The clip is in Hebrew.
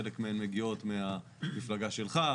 חלק מהן מגיעות מהמפלגה שלך,